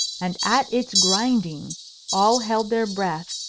and at its grinding all held their breath,